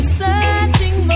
searching